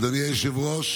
אדוני היושב-ראש